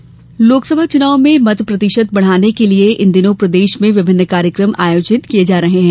जागरूकता अभियान लोकसभा चुनाव में मत प्रतिशत बढ़ाने के लिए इन दिनों प्रदेश में विभिन्न कार्यक्रम आयोजित किए जा रहे हैं